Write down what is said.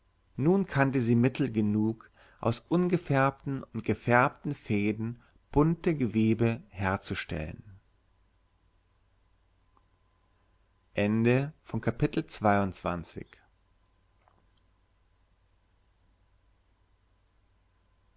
nun kannte sie mittel genug aus ungefärbten und gefärbten fäden bunte gewebe herzustellen